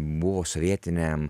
buvo sovietiniam